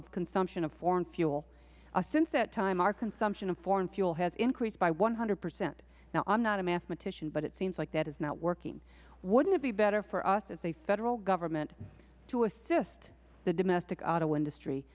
the consumption of foreign fuel since that time our consumption of foreign fuel has increased by one hundred percent now i am not a mathematician but it seems like that is not working wouldn't it be better for us as the federal government to assist the domestic auto industry